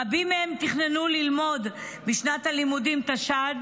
רבים מהם תכננו ללמוד בשנת הלימודים תשפ"ד,